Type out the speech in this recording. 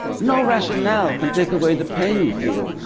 no rationale can take away the pain you feel.